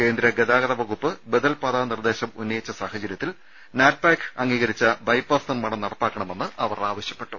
കേന്ദ്ര ഗതാഗത വകുപ്പ് ബദൽപാതാ നിർദ്ദേശം ഉന്നയിച്ച സാഹചര്യത്തിൽ നാക്പാക്ക് അംഗീകരിച്ച ബൈപ്പാസ് നിർമ്മാണം നടപ്പാക്കണമെന്ന് അവർ ആവശൃപ്പെട്ടു